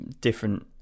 different